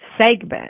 segment